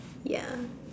ya